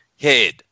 head